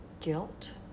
guilt